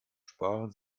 sparen